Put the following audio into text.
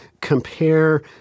compare